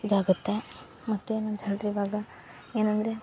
ಇದಾಗುತ್ತೆ ಮತ್ತೇನು ಅಂತ ಹೇಳ್ದ್ರೆ ಇವಾಗ ಏನಂದರೆ